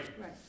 Right